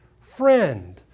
friend